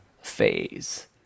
phase